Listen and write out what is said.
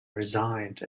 resigned